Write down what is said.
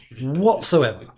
whatsoever